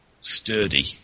sturdy